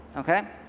okay?